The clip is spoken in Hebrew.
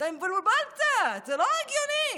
זה לא הגיוני.